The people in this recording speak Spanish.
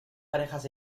parejas